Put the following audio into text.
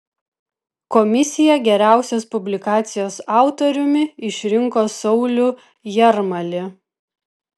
komisija geriausios publikacijos autoriumi išrinko saulių jarmalį